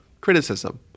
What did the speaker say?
criticism